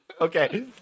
Okay